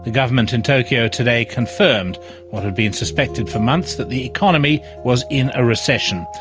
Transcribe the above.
the government in tokyo today confirmed what had been suspected for months that the economy was in a recession.